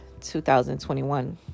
2021